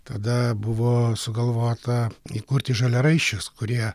tada buvo sugalvota įkurti žaliaraiščius kurie